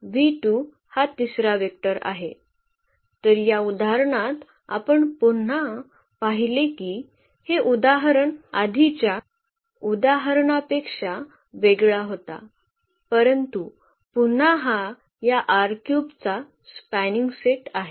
तर या उदाहरणात आपण पुन्हा पाहिले की हे उदाहरण आधीच्या उदाहरणापेक्षा वेगळा होता परंतु पुन्हा हा या चा स्पॅनिंग सेट आहे